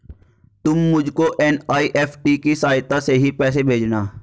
तुम मुझको एन.ई.एफ.टी की सहायता से ही पैसे भेजना